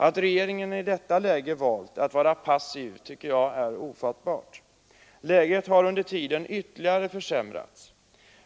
Att regeringen i detta läge har valt att vara passiv finner jag ofattbart. Läget har under tiden ytterligare försämrats.